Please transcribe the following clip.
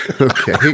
Okay